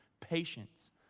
patience